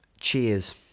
cheers